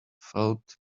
felt